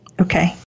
Okay